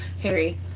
Harry